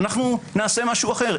נעשה משהו אחר.